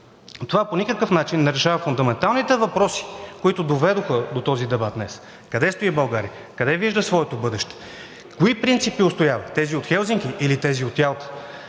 Това по никакъв начин не решава фундаменталните въпроси, които доведоха до този дебат днес. Къде стои България, къде вижда своето бъдеще, кои принципи отстоява – тези от Хелзинки или тези от Ялта?